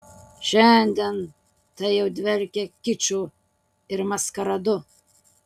šiandien tai jau dvelkia kiču ir maskaradu